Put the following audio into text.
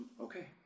okay